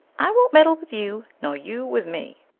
i won't meddle with you nor you with me,